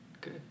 good